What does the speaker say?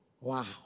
Wow